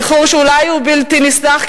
איחור שאולי הוא בלתי נסלח,